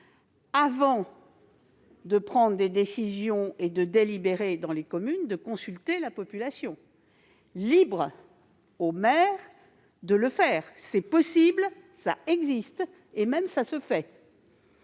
avant de prendre des décisions et de délibérer, de consulter la population. Libre au maire de le faire. C'est possible, et même cela se fait